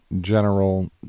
general